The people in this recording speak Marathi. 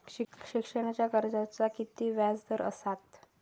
शिक्षणाच्या कर्जाचा किती व्याजदर असात?